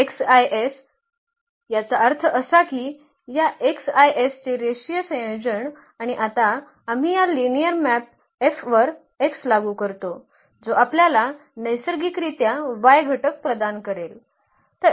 's याचा अर्थ असा की या 's चे रेषीय संयोजन आणि आता आम्ही हा लिनिअर मॅप F वर x लागू करतो जो आपल्याला नैसर्गिकरित्या y घटक प्रदान करेल